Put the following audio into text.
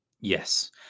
Yes